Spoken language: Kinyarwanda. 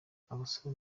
abasore